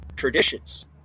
traditions